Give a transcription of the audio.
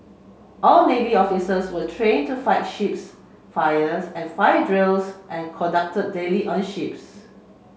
all navy officers were train to fight ships fires and fire drills are conduct daily on ships